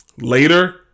Later